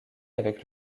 avec